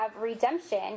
redemption